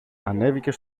ανέβηκε